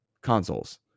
consoles